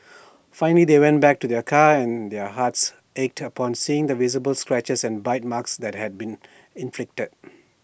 finally they went back to their car and their hearts ached upon seeing the visible scratches and bite marks that had been inflicted